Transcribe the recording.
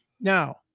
Now